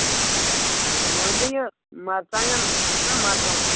اچھا ٹھیٖک بیٚیہِ ؤنۍ تو یہِ مَرژٕوانٛگَن چھِنہ مَرژٕوانٛگَن